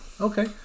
okay